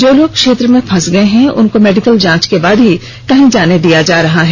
जो लोग क्षेत्र में फंस गए हैउनको मेडिकल जांच के बाद ही कहीं जाने दिया जा रहा है